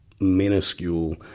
Minuscule